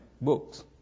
books